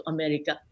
America